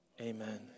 Amen